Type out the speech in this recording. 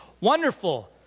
Wonderful